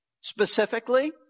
Specifically